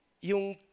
yung